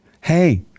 Hey